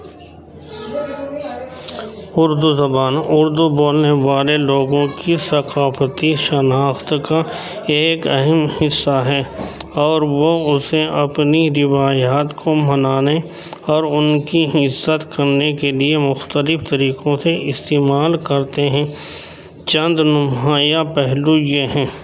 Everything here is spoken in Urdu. اردو زبان اردو بولنے والے لوگوں کی ثقافتی شناخت کا ایک اہم حصہ ہے اور وہ اسے اپنی روایات کو منانے اور ان کی عزت کرنے کے لیے مختلف طریقوں سے استعمال کرتے ہیں چند نمایاں پہلو یہ ہیں